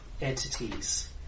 entities